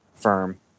firm